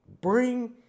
Bring